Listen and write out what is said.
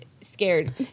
scared